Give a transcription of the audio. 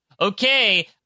okay